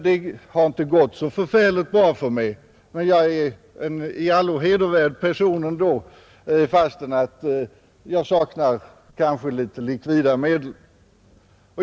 Det har inte gått så förfärligt bra för mig, men jag är en i allo hedervärd person ändå, fast jag kanske för tillfället saknar likvida medel.